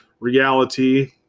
reality